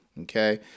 Okay